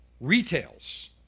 retails